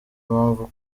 mpamvu